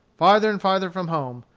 farther and farther from home,